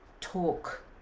talk